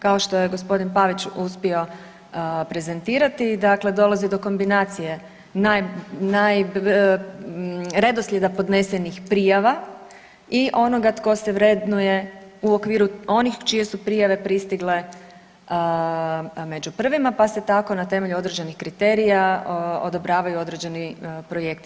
Kao što je g. Pavić uspio prezentirati, dakle dolazi do kombinacije redoslijeda podnesenih prijava i onoga tko se vrednuje u okviru onih čije su prijave pristigle među prvima, pa se tako na temelju određenih kriterija odobravaju određeni projekti.